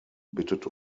bittet